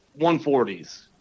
140s